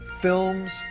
Films